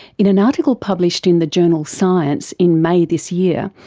in an article published in the journal science in may this year,